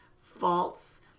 false